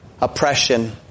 oppression